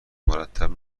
مرتب